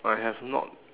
I have not